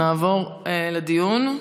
נעבוד לדיון.